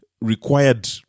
required